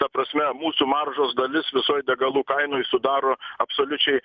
ta prasme mūsų maržos dalis visoj degalų kainoj sudaro absoliučiai